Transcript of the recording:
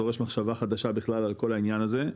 זה דורש מחשבה חדשה בכלל כל העניין הזה,